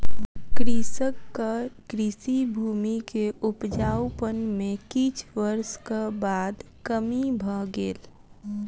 कृषकक कृषि भूमि के उपजाउपन में किछ वर्षक बाद कमी भ गेल